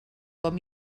com